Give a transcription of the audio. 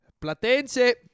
Platense